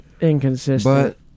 inconsistent